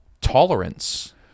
tolerance